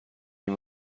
این